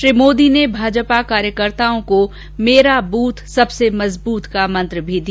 श्री मोदी ने भाजपा कार्यकर्ताओं को मेरा बूथ सबसे मजबूत का मंत्र भी दिया